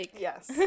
Yes